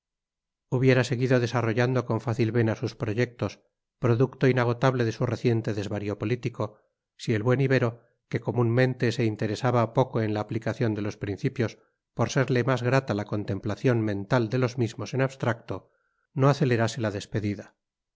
hubiera seguido desarrollando con fácil vena sus proyectos producto inagotable de su reciente desvarío político si el buen ibero que comúnmente se interesaba poco en la aplicación de los principios por serle más grata la contemplación mental de los mismos en abstracto no acelerase la despedida